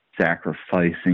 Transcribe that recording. sacrificing